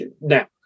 now